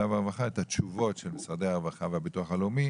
והרווחה את התשובות של משרד העבודה והביטוח הלאומי,